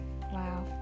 wow